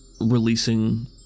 releasing